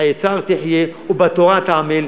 חיי צער תחיה ובתורה אתה עמל.